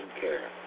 care